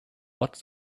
what